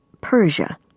Persia